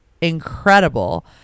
incredible